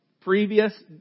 previous